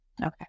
Okay